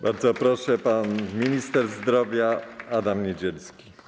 Bardzo proszę, pan minister zdrowia Adam Niedzielski.